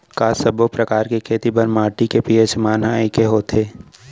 का सब्बो प्रकार के खेती बर माटी के पी.एच मान ह एकै होथे?